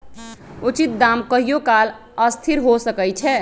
उचित दाम कहियों काल असथिर हो सकइ छै